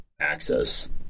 access